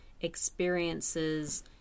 experiences